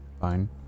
Fine